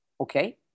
Okay